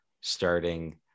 starting